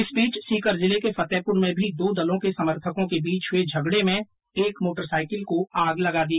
इस बीच सीकर जिले के फतेहपुर में भी दो दलों के समर्थकों के बीच हुए झगडे में एक मोटरसाईकिल का आग लगा दी